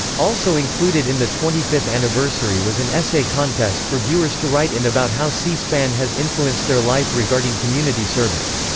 also included in the twenty fifth anniversary was an essay contest for viewers to write in about how c-span has influenced their life regarding community service.